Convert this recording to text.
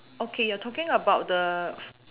okay you are talking about the